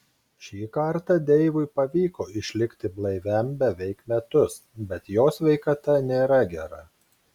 šį kartą deivui pavyko išlikti blaiviam beveik metus bet jo sveikata nėra gera